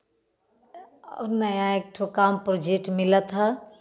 और नया एक ठो काम प्रोजेट मिला था